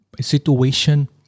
situation